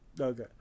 Okay